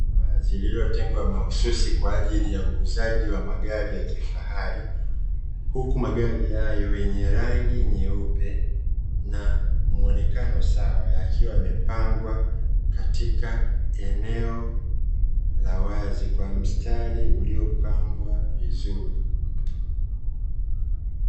Eneo la wazi lililotengwa mahususi kwa ajili ya uuzaji wa magari ya kifahari huku magari hayo yenye rangi nyeupe na muonekano sawa, yakiwa yamepangwa katika eneo la wazi kwa mstari uliopangwa vizuri.